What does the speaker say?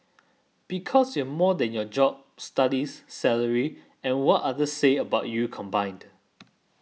because you're more than your job studies salary and what others say about you combined